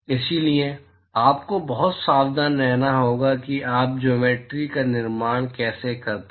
इसलिए आपको बहुत सावधान रहना होगा कि आप ज्योमेट्रि का निर्माण कैसे करते हैं